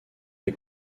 est